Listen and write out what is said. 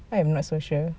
I'm not so sure